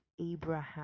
abraham